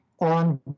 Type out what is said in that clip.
on